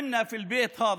יש לנו בבית הזה